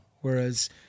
Whereas